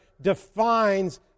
defines